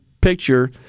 picture